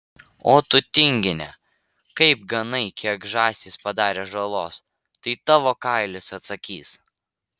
o tu tingine kaip ganai kiek žąsys padarė žalos tai tavo kailis atsakys